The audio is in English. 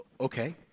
okay